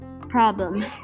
problem